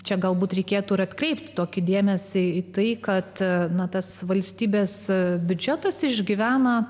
čia galbūt reikėtų atkreipti tokį dėmesį į tai kad na tas valstybės biudžetas išgyvena